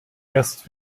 erst